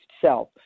self